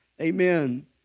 Amen